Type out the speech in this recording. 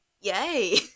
Yay